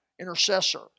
intercessor